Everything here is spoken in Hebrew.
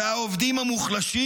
העובדים המוחלשים,